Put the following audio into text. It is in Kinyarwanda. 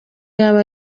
yaba